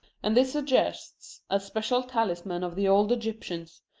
and this suggests a special talisman of the old egyptians,